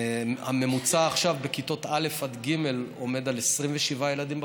הממוצע עכשיו בכיתות א' ג' עומד על 27 ילדים בכיתה.